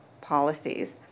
policies